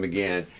Again